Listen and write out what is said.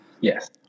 Yes